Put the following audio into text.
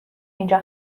اینجا